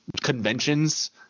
conventions